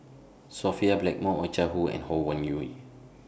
Sophia Blackmore Oh Chai Hoo and Ho Wan Hui